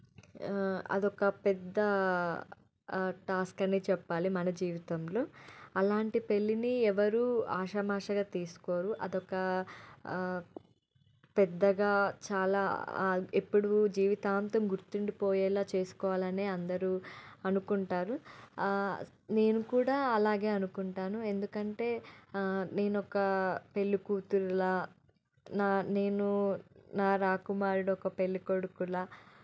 అదొక పెద్ద టాస్క్ అని చెప్పాలి మన జీవితంలో అలాంటి పెళ్ళిని ఎవరు ఆషామాషీగా తీసుకోరు అదొక పెద్దగా చాలా ఎప్పుడు జీవితాంతం గుర్తుండిపోయేలా చేసుకోవాలనే అందరూ అనుకుంటారు నేను కూడా అలాగే అనుకుంటాను ఎందుకంటే నేనొక పెళ్ళి కూతురిలా నా నేను నా రాకుమారుడు ఒక పెళ్ళికొడుకులా